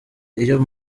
iyo